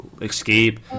escape